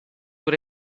what